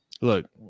look